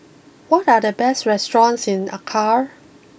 what are the best restaurants in Accra